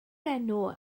enw